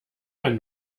ein